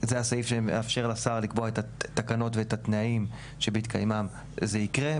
זה הסעיף שמאפשר לשר לקבוע את התקנות ואת התנאים שבהתקיימם זה יקרה.